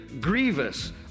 grievous